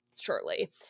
shortly